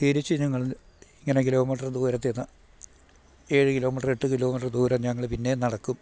തിരിച്ച് ഞങ്ങൾ ഇങ്ങനെ കിലോമീറ്റർ ദൂരത്ത് ചെന്ന് ഏഴ് കിലോമീറ്റർ എട്ട് കിലോമീറ്റർ ദൂരം ഞങ്ങള് പിന്നേയും നടക്കും